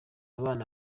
abana